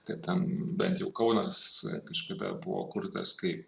kad ten bent jau kaunas kažkada buvo kurtas kaip